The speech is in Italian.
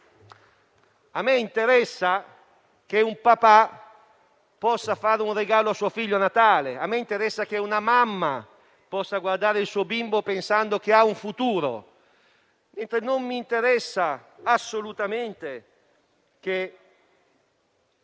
A me interessa che un papà possa fare un regalo a suo figlio a Natale, a me interessa che una mamma possa guardare il suo bimbo pensando che ha un futuro; non mi interessa assolutamente che